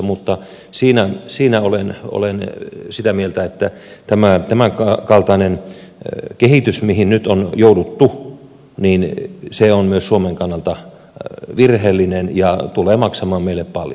mutta olen sitä mieltä että tämän kaltainen kehitys mihin nyt on jouduttu on myös suomen kannalta virheellinen ja tulee maksamaan meille paljon